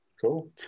Cool